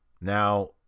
Now